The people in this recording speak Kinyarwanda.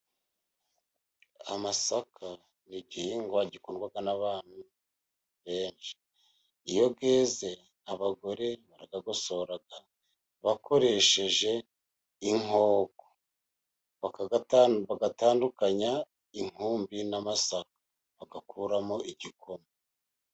Amasaka ni igihingwa gikundwa n'abantu benshi. Iyo yeze abagore barayagosora bakoresheje inkoko, bagatandukanya inkumbi n'amasaka bagakuramo igikoma.